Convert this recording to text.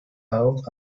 out